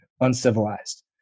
uncivilized